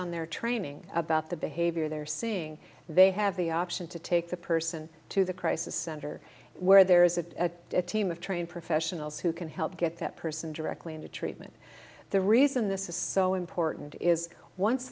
on their training about the behavior they're seeing they have the option to take the person to the crisis center where there is a team of trained professionals who can help get that person directly into treatment the reason this is so important is once